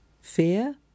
Fear